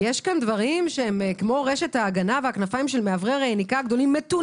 יש דברים כמו רשת ההגנה וכנפיים של מאוורר מטונפים.